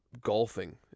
golfing